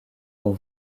dont